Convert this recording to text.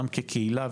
גם כקהילה,